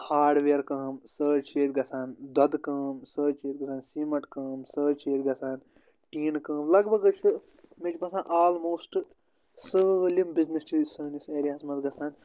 hardware کٲم سُہ حَظ چھِ ییٚتہِ گَژھان دۄدٕ کٲم سُہ حَظ چھِ ییٚتہِ گَژھان سیٖمَنٹ کٲم سُہ حَظ چھِ ییٚتہِ گژھان ٹیٖنہٕ کٲم لگ بگ حَظ چھِ مےٚ چھُ باسان آلموسٹ سٲلِم بِزنس چھِ سٲنِس ایریاہَس منٛز گژھان